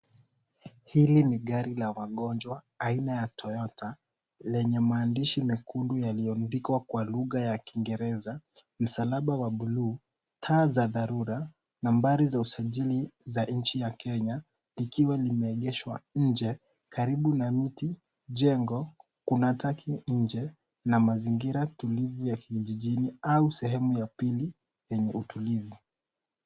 Hili ni gari la wagonjwa aina ya Toyota, lenye maandishi mekundu iliyoandikwa kwenye lugha ya Kingereza, msalaba wa buluu, taa za dharura, nambari za usajili za nchi ya Kenya, likiwa limeegeshwa nje karibu na miti, jengo. Kuna taki nje na mazingira tulivu ya kijijini au sehemu ya pili yenye utulivu.